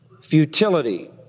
futility